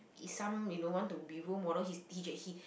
is some you know want to be role model he he